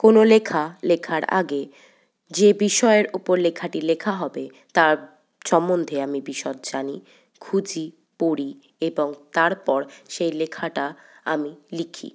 কোনো লেখা লেখার আগে যে বিষয়ের ওপর লেখাটি লেখা হবে তার সম্বন্ধে আমি বিশদ জানি খুঁজি পড়ি এবং তারপর সেই লেখাটা আমি লিখি